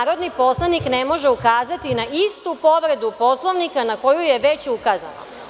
Narodni poslanik ne može ukazati na istu povredu Poslovnika na koju je već ukazano.